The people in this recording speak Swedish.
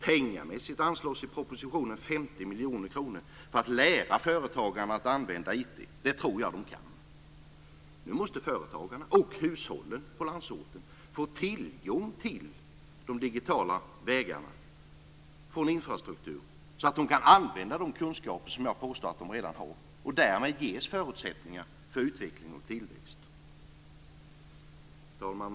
Pengamässigt anslås i propositionen 50 miljoner kronor för att lära företagarna att använda IT. Det tror jag att de kan. Företagarna och hushållen på landsorten måste få tillgång till de digitala vägarna. De måste få en sådan infrastruktur att de kan använda de kunskaper som jag påstår att de redan har och därmed ges förutsättningar för utveckling och tillväxt. Fru talman!